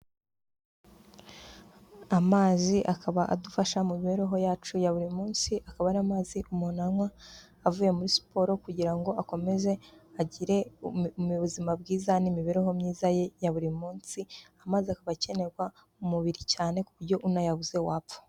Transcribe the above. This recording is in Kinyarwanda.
Amazi akaba adufasha mu mibereho yacu ya buri munsi, akaba ari amazi umuntu anywa avuye muri siporo kugira ngo akomeze agire ubuzima bwiza n'imibereho myiza ye ya buri munsi, amaze akaba akenerwa mu umubiri cyane ku buryo unayabuze wapfa.